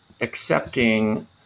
accepting